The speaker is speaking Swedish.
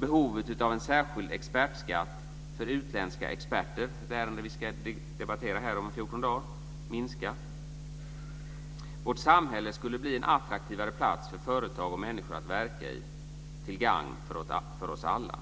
Behovet av en särskild expertskatt för utländska experter - som vi ska debattera här i kammaren om 14 dagar - minskar. Vårt samhälle skulle bli en attraktivare plats för företag och människor att verka i till gagn för oss alla.